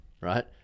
right